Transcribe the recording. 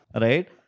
Right